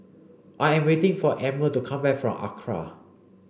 I am waiting for Emmer to come back from ACRA